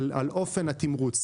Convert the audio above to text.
על אופן התמרוץ.